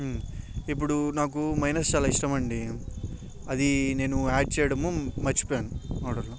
ఊ ఇప్పుడు నాకు మయోనీస్ చాలా ఇష్టమండి అది నేను యాడ్ చేయడము మర్చిపోయాను ఆర్డర్లో